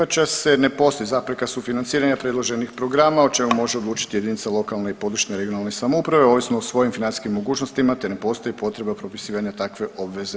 Ne prihvaća se, ne postoji zapreka sufinanciranja predloženih programa o čemu može odlučiti jedinica lokalne i područne (regionalne) samouprave ovisno o svojim financijskim mogućnostima, te ne postoji potreba propisivanja takve obveze.